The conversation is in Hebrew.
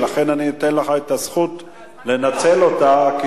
ולכן אני אתן לך לזכות לנצל את הזכות,